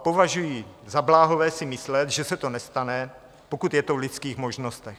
Považuji za bláhové si myslet, že se to nestane, pokud je to v lidských možnostech.